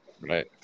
Right